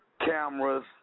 cameras